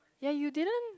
yea you didn't